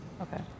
Okay